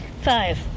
Five